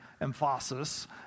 emphasis